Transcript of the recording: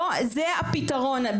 זה הפתרון.